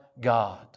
God